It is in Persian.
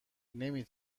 نمی